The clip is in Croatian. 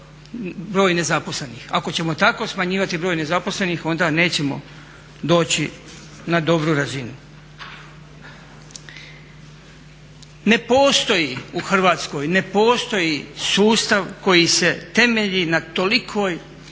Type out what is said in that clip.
broj nezaposlenih ako ćemo tako smanjivati broj nezaposlenih onda nećemo doći na dobru razinu. Ne postoji u Hrvatskoj, ne postoji sustav koji se temelji na tolikoj